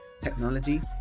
technology